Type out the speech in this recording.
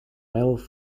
male